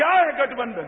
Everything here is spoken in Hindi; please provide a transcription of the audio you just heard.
क्या है गठबंधन